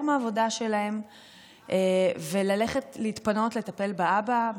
מהעבודה שלהם וללכת להתפנות לטפל באבא,